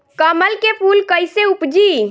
कमल के फूल कईसे उपजी?